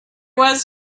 was